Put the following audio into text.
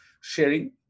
sharing